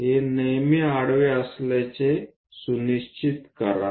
हे नेहमी आडवे असल्याचे सुनिश्चित करा